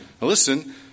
listen